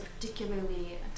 particularly